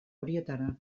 horietara